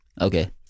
Okay